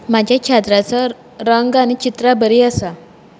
म्हज्या चाद्राचो रंग आनी चित्रां बरीं आसा